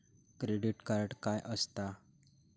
Credit card काय असता?